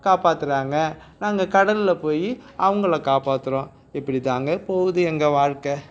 காப்பாத்துகிறாங்க நாங்கள் கடல்ல போய் அவங்கள காப்பாத்துகிறோம் இப்படி தாங்க போகுது எங்கள் வாழ்க்கை